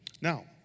Now